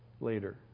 later